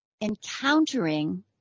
Encountering